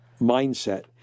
mindset